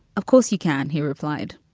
of course you can! he replied.